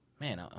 man